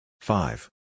Five